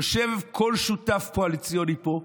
יושב כל שותף קואליציוני פה,